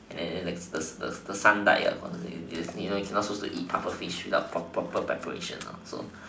and then the the son died you're you're not supposed to eat pufferfish without proper proper preparation lah so